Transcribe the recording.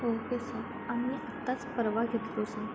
okay sir आम्ही आत्ताच परवा घेतले सर